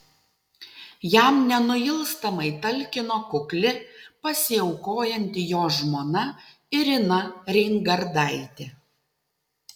jam nenuilstamai talkino kukli pasiaukojanti jo žmona irina reingardaitė